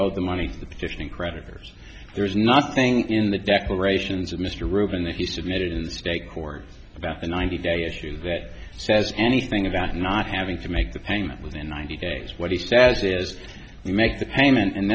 owed the money the petitioning creditors there's nothing in the declarations of mr rubin that he submitted in state court about the ninety day issue that says anything about not having to make the payment within ninety days what he says is make the payment and